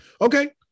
Okay